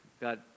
God